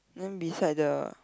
then beside the